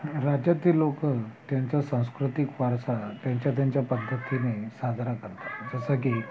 राज्यातील लोकं त्यांचा सांस्कृतिक वारसा त्यांच्या त्यांच्या पद्धतीने साजरा करतात जसं की